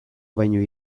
baino